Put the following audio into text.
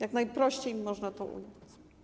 Tak najprościej można to ująć.